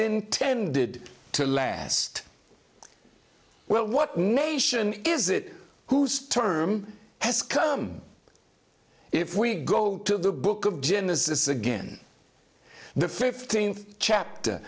intended to last well what nation is it whose term has come if we go to the book of genesis again the fifteenth chap